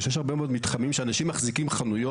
יש הרבה מאוד מתחמים שבהם אנשים מחזיקים חנויות.